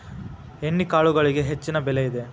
ಎಣ್ಣಿಕಾಳುಗಳಿಗೆ ಹೆಚ್ಚಿನ ಬೆಲೆ ಇದೆ